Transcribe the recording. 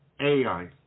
Ai